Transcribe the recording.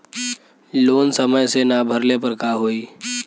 Loan समय से ना भरले पर का होयी?